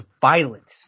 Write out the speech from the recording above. violence